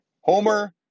Homer